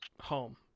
home